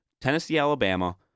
Tennessee-Alabama